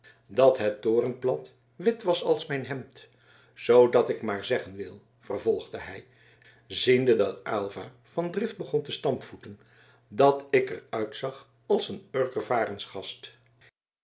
dat het torenplat wit was als mijn hemd zoodat ik maar zeggen wil vervolgde hij ziende dat aylva van drift begon te stampvoeten dat ik er uitzag als een urker varensgast